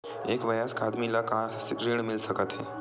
एक वयस्क आदमी ला का ऋण मिल सकथे?